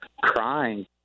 crying